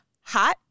hot